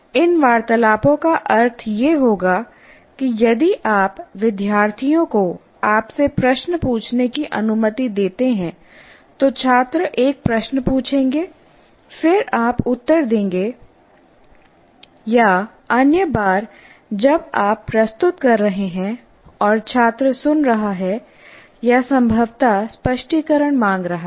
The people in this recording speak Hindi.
इन वार्तालापों का अर्थ यह होगा कि यदि आप विद्यार्थियों को आपसे प्रश्न पूछने की अनुमति देते हैं तो छात्र एक प्रश्न पूछेंगे फिर आप उत्तर देंगे या अन्य बार जब आप प्रस्तुत कर रहे हैं और छात्र सुन रहा है या संभवतः स्पष्टीकरण मांग रहा है